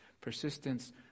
Persistence